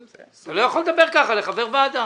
אתה לא יכול לדבר ככה לחבר ועדה.